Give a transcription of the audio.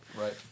Right